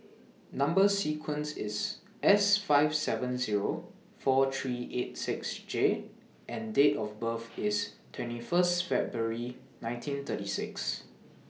Number sequence IS S five seven Zero four three eight six J and Date of birth IS twenty First February nineteen thirty six